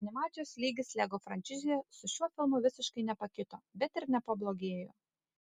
animacijos lygis lego frančizėje su šiuo filmu visiškai nepakito bet ir nepablogėjo